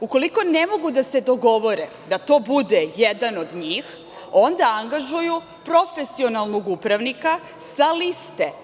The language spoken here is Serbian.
Ukoliko ne mogu da se dogovore da to bude jedan od njih, onda angažuju profesionalnog upravnika sa liste.